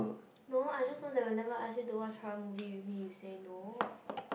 no I just know that whenever I ask you to watch horror movie with me you say no